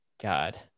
God